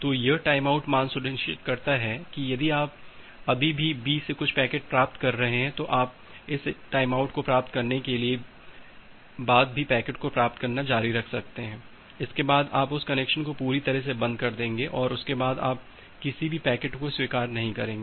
तो यह टाइमआउट मान सुनिश्चित करता है कि यदि आप अभी भी बी से कुछ पैकेट प्राप्त कर रहे हैं तो आप इस टाइमआउट को प्राप्त करने के बाद भी पैकेट को प्राप्त करना जारी रख सकते हैं इसके बाद आप उस कनेक्शन को पूरी तरह से बंद कर देंगे और उसके बाद आप किसी भी पैकेट को स्वीकार नहीं करेंगे